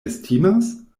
estimas